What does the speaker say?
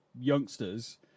youngsters